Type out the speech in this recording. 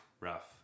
rough